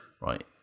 right